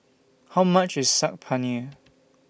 How much IS Saag Paneer